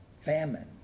famine